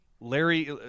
Larry